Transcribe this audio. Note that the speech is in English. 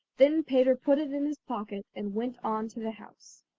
then peter put it in his pocket and went on to the house.